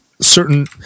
certain